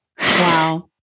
Wow